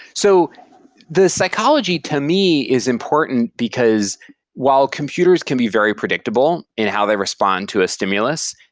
so the psychology to me is important, because while computers can be very predictable in how they respond to a stimulus,